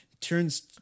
turns